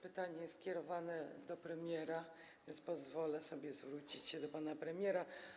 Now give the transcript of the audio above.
Pytanie jest skierowane do premiera, więc pozwolę sobie zwrócić się do pana premiera.